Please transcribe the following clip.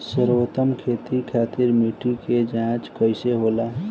सर्वोत्तम खेती खातिर मिट्टी के जाँच कईसे होला?